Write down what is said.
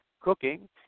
cooking